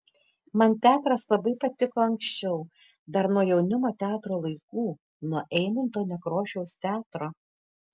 man teatras labai patiko anksčiau dar nuo jaunimo teatro laikų nuo eimunto nekrošiaus teatro